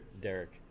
derek